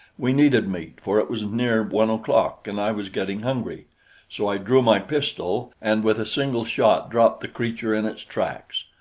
we needed meat, for it was near one o'clock and i was getting hungry so i drew my pistol and with a single shot dropped the creature in its tracks.